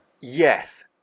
Yes